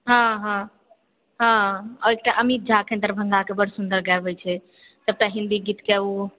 हँ हँ हँ आओर एकटा अमित झा एखन दरभङ्गाके बड्ड सुन्दर गाबैत छै सभटा हिन्दी गीतकेँ ओ